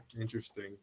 interesting